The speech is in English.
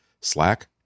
Slack